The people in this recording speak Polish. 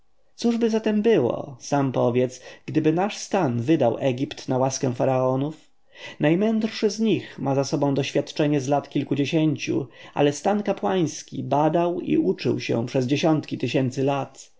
cóżby zatem było sam powiedz gdyby nasz stan wydał egipt na łaskę faraonów najmędrszy z nich ma za sobą doświadczenie z lat kilkudziesięciu ale stan kapłański badał i uczył się przez dziesiątki tysięcy łat